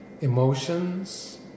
emotions